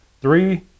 three